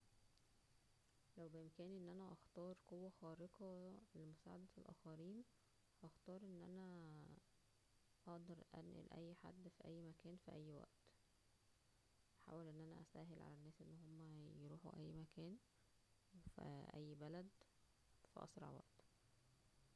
لو كان بامكانى ان انا اختار قوة خارقة لمساعدة الاخرين ,هختار ان انااا اقدر انقل اى حد فى اى مكان فى اى وقت, هحاول ان انا اسهل على الناس ان هما يروحوا اى وقت او مكان فى اى بلد فى اسرع وقت